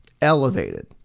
elevated